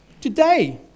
Today